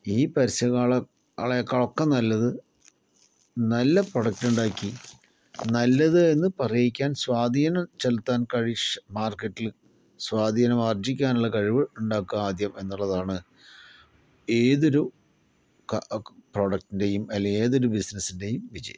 ഈ പരസ്യങ്ങളെക്കാളൊക്കെ നല്ലത് നല്ല പ്രൊഡക്ടുണ്ടാക്കി നല്ലത് എന്ന് പറയിക്കാൻ സ്വാധീനം ചെലുത്താൻ മാർക്കറ്റിൽ സ്വാധീനം ആർജ്ജിക്കാനുള്ള കഴിവ് ഉണ്ടാക്കുക ആദ്യം എന്നുള്ളതാണ് ഏതൊരു പ്രൊഡക്ടിന്റേയും അല്ലെങ്കിൽ ഏതൊരു ബിസിനസ്സിന്റേയും വിജയം